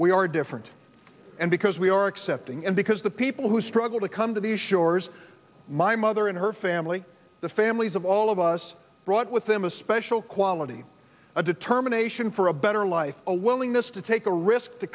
we are different and because we are accepting and because the people who struggle to come to these shores my mother and her family the families of all of us brought with them a special quality a determination for a better life a willingness to take a risk to